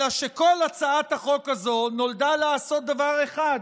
אלא שכל הצעת החוק הזאת נולדה לעשות דבר אחד: